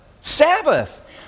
Sabbath